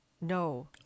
no